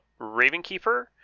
Ravenkeeper